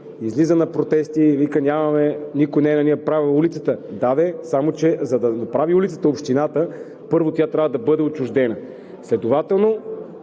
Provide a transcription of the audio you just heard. Излиза на протести и вика: „Никой не ни е направил улицата!“ Да де, само че за да направи улицата общината, първо тя трябва да бъде отчуждена. Следователно